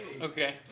Okay